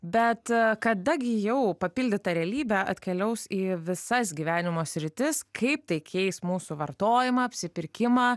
bet kada gi jau papildyta realybė atkeliaus į visas gyvenimo sritis kaip tai keis mūsų vartojimą apsipirkimą